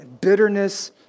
bitterness